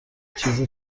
چیز